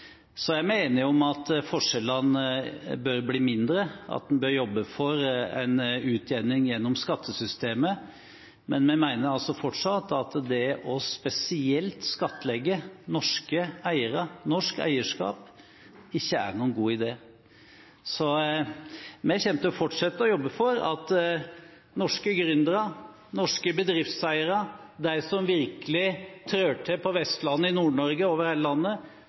Så er vi enige om at forskjellene bør bli mindre, at en bør jobbe for en utjevning gjennom skattesystemet, men vi mener fortsatt at det å skattlegge norske eiere, norsk eierskap, spesielt, ikke er noen god idé. Vi kommer til å fortsette å jobbe for at norske gründere, norske bedriftseiere, de som virkelig trår til på Vestlandet, i Nord-Norge, over hele landet,